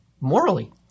Morally